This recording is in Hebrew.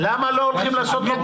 למה לא הולכים לעשות את הבדיקות בבית?